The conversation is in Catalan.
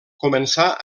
començà